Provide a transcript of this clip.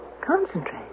Concentrate